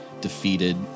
defeated